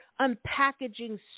unpackaging